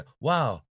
wow